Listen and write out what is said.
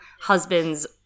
husband's